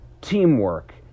teamwork